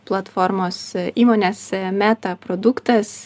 platformos įmonės meta produktas